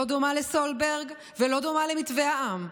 שלא דומה לסולברג ולא דומה למתווה העם,